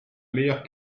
meilleure